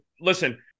listen